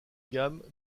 gamme